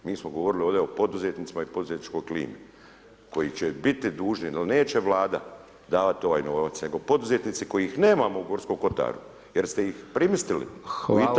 Mi smo govorili ovdje o poduzetnicima i poduzetničkoj klimi koji će biti dužni, neće Vlada davati ovaj novac, nego poduzetnici kojih nemamo u Gorskom kotaru jer ste ih primistili [[Upadica: Hvala]] u Italiju.